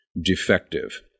defective